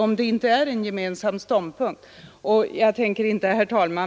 om det inte gäller en gemensam ståndpunkt kan man inte använda det uttrycket. Herr talman!